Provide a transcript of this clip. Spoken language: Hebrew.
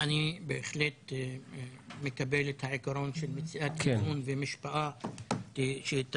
אני בהחלט מקבל את העיקרון של מציאת איזון ומשוואה שתביא,